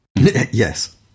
Yes